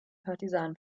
partisanen